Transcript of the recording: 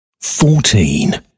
fourteen